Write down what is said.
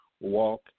walk